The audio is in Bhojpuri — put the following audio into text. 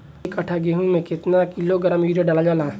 एक कट्टा गोहूँ में केतना किलोग्राम यूरिया डालल जाला?